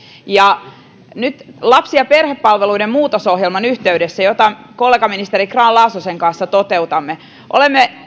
ja nyt lapsi ja perhepalveluiden muutosohjelman yhteydessä jota kollegaministeri grahn laasosen kanssa toteutamme olemme